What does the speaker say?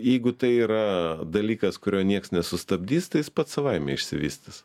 jeigu tai yra dalykas kurio nieks nesustabdys tai jis pats savaime išsivystys